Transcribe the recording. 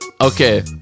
Okay